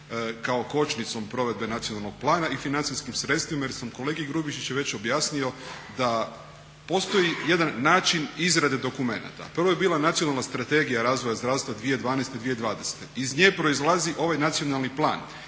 kao kočnicom provedbe nacionalnog plana i financijskim sredstvima jer sam kolegi Grubišiću već objasnio da postoji jedan način izrade dokumenata. Prvo je bila Nacionalna strategija razvoja zdravstva 2012.-2020. Iz nje proizlazi ovaj Nacionalni plan,